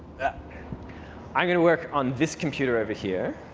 yeah i'm going to work on this computer over here.